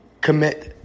commit